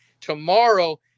Tomorrow